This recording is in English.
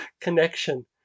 connection